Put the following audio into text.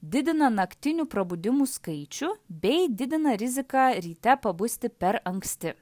didina naktinių prabudimų skaičių bei didina riziką ryte pabusti per anksti